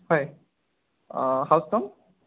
হয় হাউচ নং